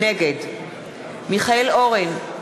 נגד מיכאל אורן,